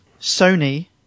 Sony